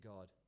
God